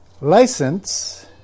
license